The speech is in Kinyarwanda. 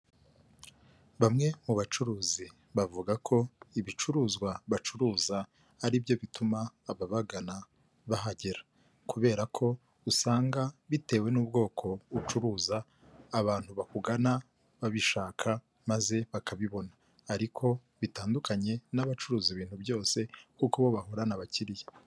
Bamwe mu bacuruzi bavuga ko ibicuruzwa bacuruza aribyo bituma ababagana bahagera, kubera ko usanga bitewe n'ubwoko ucuruza abantu bakugana babishaka maze bakabibona ariko bitandukanye n'abacuruza ibintu byose kuko bo bahorana abakiriya.